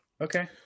Okay